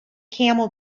camel